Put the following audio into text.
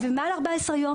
למי שמאושפז מעל 14 יום,